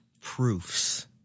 proofs